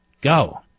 go